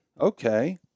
Okay